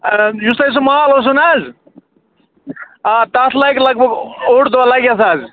آ یُس تۄہہِ سُہ مال اوسوٕ نہَ حظ آ تَتھ لَگہِ لگ بگ اوٚڑ دۄہ لَگٮ۪س حظ